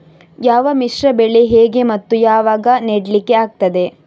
ಯಾವ ಮಿಶ್ರ ಬೆಳೆ ಹೇಗೆ ಮತ್ತೆ ಯಾವಾಗ ನೆಡ್ಲಿಕ್ಕೆ ಆಗ್ತದೆ?